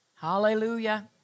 Hallelujah